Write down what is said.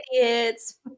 idiots